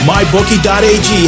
MyBookie.ag